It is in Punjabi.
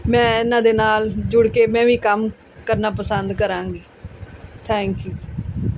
ਮੈਂ ਇਹਨਾਂ ਦੇ ਨਾਲ ਜੁੜ ਕੇ ਮੈਂ ਵੀ ਕੰਮ ਕਰਨਾ ਪਸੰਦ ਕਰਾਂਗੀ ਥੈਂਕ ਯੂ